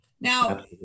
Now